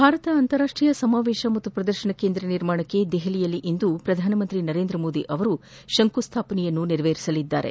ಭಾರತ ಅಂತಾರಾಷ್ಷೀಯ ಸಮಾವೇಶ ಮತ್ತು ಪ್ರದರ್ಶನಕೇಂದ್ರ ನಿರ್ಮಾಣಕ್ಕೆ ದೆಹಲಿಯಲ್ಲಿಂದು ಪ್ರಧಾನಮಂತ್ರಿ ನರೇಂದ್ರ ಮೋದಿ ಶಂಕುಸ್ಥಾಪನೆ ನೆರವೇರಿಸಲಿದ್ದಾರೆ